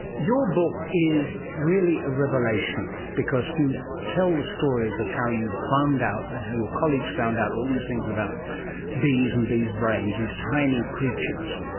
your book is really a revelation because you tell the stories of how you found out and how your colleagues found out all these things about bees and bees' brains, these tiny creatures,